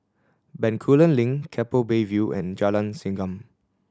Bencoolen Link Keppel Bay View and Jalan Segam